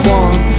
one